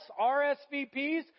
RSVPs